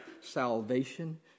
salvation